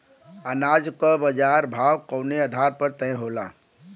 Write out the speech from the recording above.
अनाज क बाजार भाव कवने आधार पर तय होला?